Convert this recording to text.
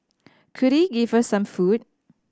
could he give her some food